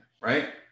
right